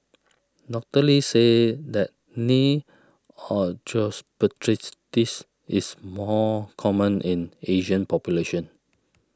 Doctor Lee said that knee osteoarthritis is more common in Asian population